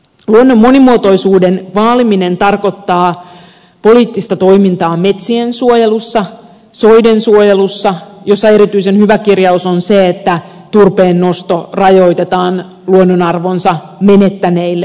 luonnon monimuotoisuuden vaaliminen tarkoittaa poliittista toimintaa metsiensuojelussa soidensuojelussa jossa erityisen hyvä kirjaus on se että turpeennosto rajoitetaan luonnonarvonsa menettäneille soille